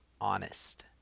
honest